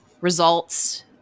results